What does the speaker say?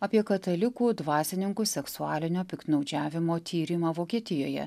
apie katalikų dvasininkų seksualinio piktnaudžiavimo tyrimą vokietijoje